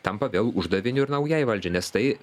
tampa vėl uždaviniu ir naujai valdžiai nes tai